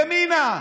ימינה.